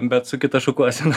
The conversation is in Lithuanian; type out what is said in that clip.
bet su kita šukuosena